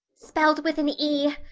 spelled with an e,